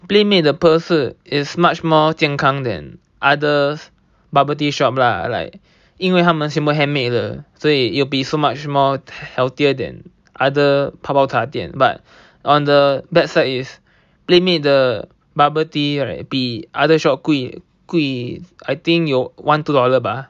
Playmade 的 pearl 是 is much more 健康 then others bubble tea shop lah like 因为他们 somemore handmade 的所以 it'll be so much more healthier than other 泡泡茶店 but on the bad side is Playmaade the bubble tea right 比 other shop 贵贵 I think 有 one two dollar bah